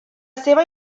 seva